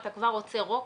אתה כבר רוצה רוק?